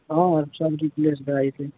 हँ सब रिप्लेस भए जेतय